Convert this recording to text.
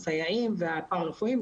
הסייעים והפרה-רפואיים,